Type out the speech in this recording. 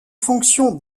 fonction